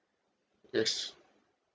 yes